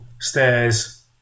stairs